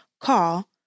call